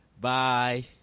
Bye